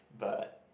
but